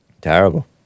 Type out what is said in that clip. Terrible